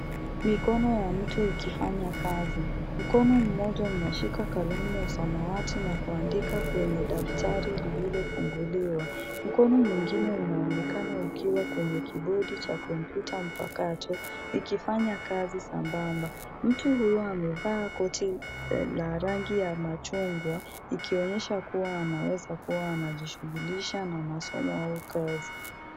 Mikono ya mtu ikifanya kazi. Mkono mmoja unashika kalamu ya samawati na kuandika kwenye daftari lililofunguliwa. Mkono mwingine unaonekana ukiwa kwenye kibodi cha kompyuta mpakato ikifanya kazi sambamba. Mtu huyu amevaa koti la rangi ya machungwa , ikionyesha kuwa anaweza kuwa anajishughulisha na masomo au kazi.